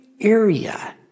area